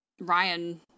Ryan